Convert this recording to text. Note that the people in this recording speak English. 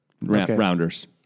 Rounders